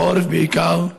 בעיקר בעורף,